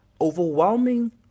overwhelming